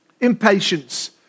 Impatience